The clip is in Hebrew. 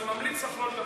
אני ממליץ לך לא לדבר.